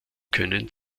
können